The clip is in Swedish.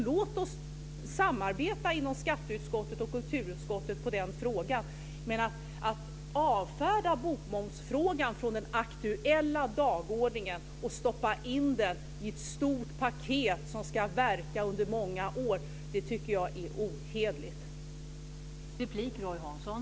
Låt oss samarbeta inom skatteutskottet och kulturutskottet i den frågan! Men att avföra bokmomsfrågan från den aktuella dagordningen och stoppa in den i ett stort paket i en utredning där den ska verka under många år tycker jag är ohederligt.